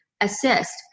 assist